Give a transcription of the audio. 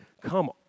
come